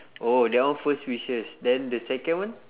oh that one first wishes then the second one